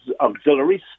auxiliaries